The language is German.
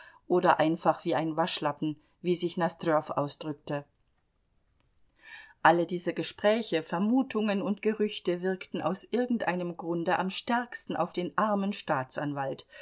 oder einfach wie ein waschlappen wie sich nosdrjow ausdrückte alle diese gespräche vermutungen und gerüchte wirkten aus irgendeinem grunde am stärksten auf den armen staatsanwalt